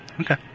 Okay